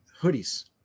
hoodies